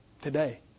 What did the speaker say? today